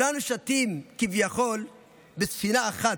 כולנו שטים כביכול בספינה אחת,